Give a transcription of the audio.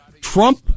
Trump